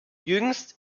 jüngst